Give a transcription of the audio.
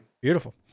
Beautiful